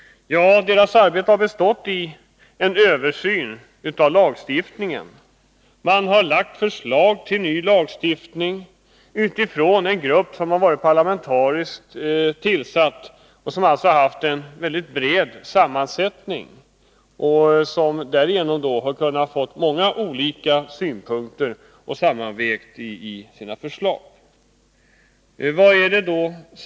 Gruppens arbete har bestått i att göra en översyn av lagstiftningen på det här området, och man har lagt fram förslag till ny lagstiftning. Gruppen har varit parlamentariskt sammansatt, och genom denna breda sammansättning har man kunnat väga samman många olika synpunkter vid utarbetandet av förslagen.